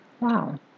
wow